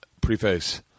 preface